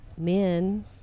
men